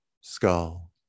skull